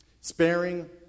sparing